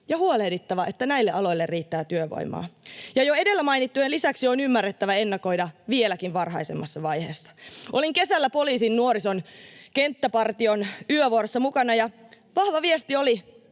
ja huolehdittava, että näille aloille riittää työvoimaa. Ja jo edellä mainittujen lisäksi on ymmärrettävä ennakoida vieläkin varhaisemmassa vaiheessa. Olin kesällä poliisin kenttäpartion yövuorossa mukana, ja vahva viesti oli: